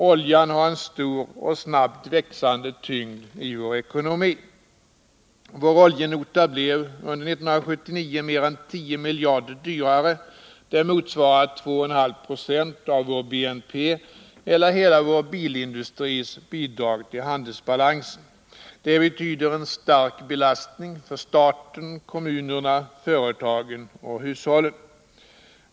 Oljan har ju en stor och snabbt växande tyngd i vår ekonomi. Vår oljenota blev under 1979 mer än 10 miljarder dyrare, vilket motsvarar 2,5 20 av vår BNP eller hela vår bilindustris bidrag till handelsbalansen. Detta betyder en stark belastning för staten, kommunerna, företagen och hushållen.